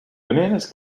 bananas